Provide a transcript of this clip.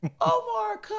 Omar